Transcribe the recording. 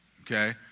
okay